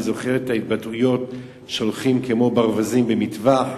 אני זוכר את הביטוי "הולכים כמו ברווזים לטבח",